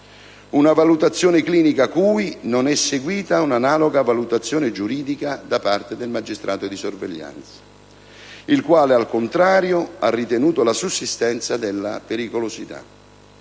una valutazione clinica cui non è seguita una analoga valutazione giuridica da parte del magistrato di sorveglianza, il quale, al contrario, ha ritenuto la sussistenza della pericolosità.